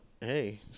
Hey